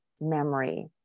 memory